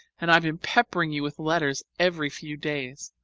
and i've been peppering you with letters every few days!